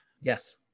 Yes